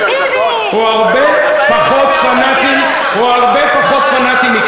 הוא הרבה פחות פנאטי מכם.